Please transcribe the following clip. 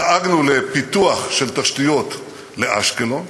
דאגנו לפיתוח של תשתיות לאשקלון,